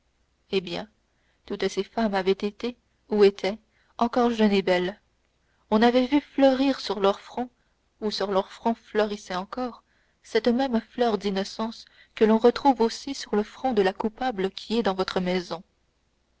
eh bien toutes ces femmes avaient été ou étaient encore jeunes et belles on avait vu fleurir sur leur front ou sur leur front fleurissait encore cette même fleur d'innocence que l'on retrouve aussi sur le front de la coupable qui est dans votre maison